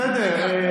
בסדר.